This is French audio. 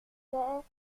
vous